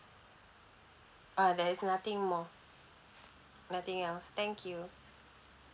uh there is nothing more nothing else thank you